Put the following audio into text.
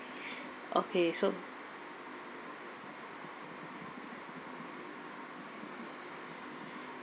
okay so